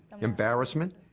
embarrassment